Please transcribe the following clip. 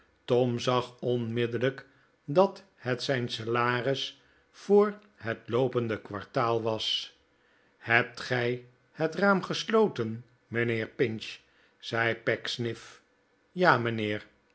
tom zag onmiddellijk dat het zijn salaris voor het loopende kwartaal was hebt gij het raam gesloten mijnheer pinch zei pecksniff ja mijnheer